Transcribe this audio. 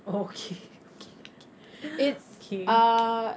oh K okay okay okay